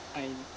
I